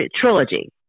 trilogy